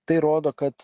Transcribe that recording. tai rodo kad